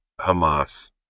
hamas